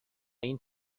این